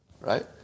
right